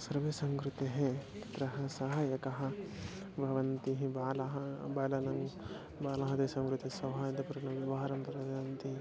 सर्वेषां कृते तत्र सहायकाः भवन्तिः बालः पालनं बालः तेषां कृते सौहार्दपूर्णव्यवहारं प्रददति